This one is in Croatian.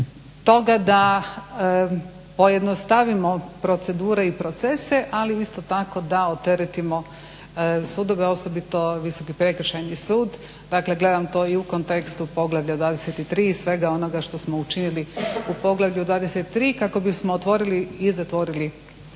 toga da pojednostavimo procedure i procese, ali isto tako da odteretimo sudove, osobito Visoki prekršajni su. Dakle gledam to i u kontekstu poglavlja 23. i svega onoga što smo učinili u poglavlju 23. kako bismo otvorili i zatvorili